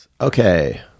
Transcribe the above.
Okay